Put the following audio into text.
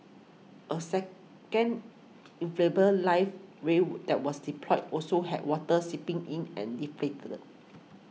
a second life ray woo that was deployed also had water seeping in and deflated